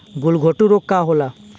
गलघोंटु रोग का होला?